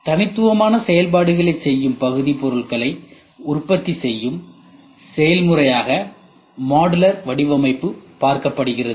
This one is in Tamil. தனித்துவமான செயல்பாடுகளைச் செய்யும் பகுதி பொருள்களை உற்பத்தி செய்யும் செயல்முறையாக மாடுலர் வடிவமைப்பு பார்க்கப்படுகிறது